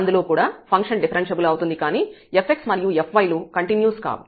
అందులో కూడా function differentiable అవుతుంది కానీ fx మరియు fy లు కంటిన్యూస్ కావు